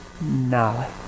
knowledge